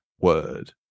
word